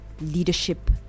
leadership